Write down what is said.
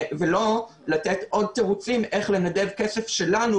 ולא לתת עוד תירוצים איך לנדב כסף שלנו,